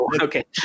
okay